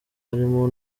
harimo